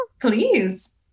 Please